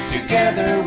Together